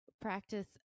practice